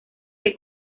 que